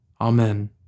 Amen